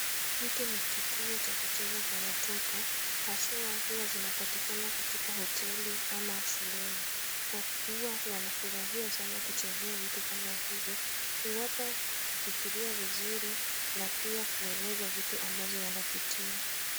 Hiki ni kituo cha kucheza cha watoto. Haswa huwa zinapatikana katika hoteli ama shuleni. Huwa wanafurahia sana kuchezea vitu kama hivi. Huwapa kufikiria vizuri na pia kueleza vitu ambazo wanapitia.